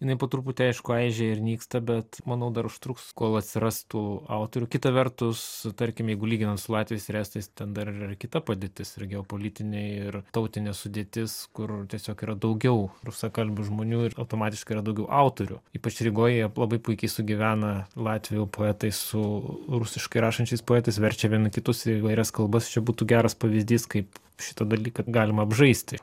jinai po truputį aišku aižėja ir nyksta bet manau dar užtruks kol atsiras tų autorių kita vertus tarkim jeigu lyginant su latviais ir estais ten dar yra ir kita padėtis ir geopolitinė ir tautinė sudėtis kur tiesiog yra daugiau rusakalbių žmonių ir automatiškai yra daugiau autorių ypač rygoj jie labai puikiai sugyvena latvių poetai su rusiškai rašančiais poetais verčia vieni kitus į įvairias kalbas čia būtų geras pavyzdys kaip šitą dalyką galima apžaisti